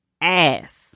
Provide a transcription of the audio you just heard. ass